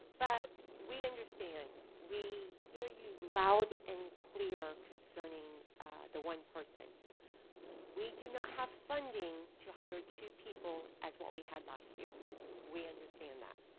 but we understand we hear you loud and clear concerning the one person we do not have funding to hire two people as what we had last year we understand that